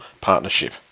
partnership